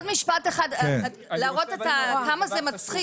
עוד משפט אחד להראות כמה זה מצחיק,